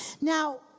Now